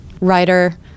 writer